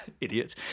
idiot